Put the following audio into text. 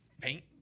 paint